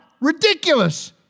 ridiculous